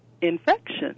infection